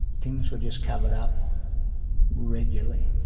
things were just covered up regularly,